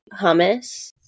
hummus